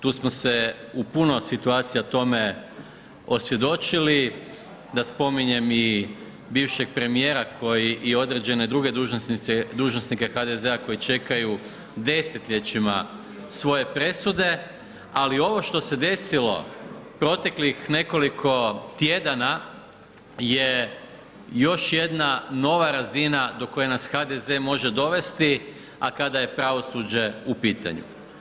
Tu smo se u puno situacija tome osvjedočili, da spominjem i bivšeg premijera i određene druge dužnosnike HDZ-a koji čekaju desetljećima svoje presude, ali ovo što se desilo proteklih nekoliko tjedana je još jedna nova razina do koje nas HDZ može dovesti, a kada je pravosuđe u pitanju.